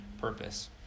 purpose